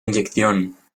inyección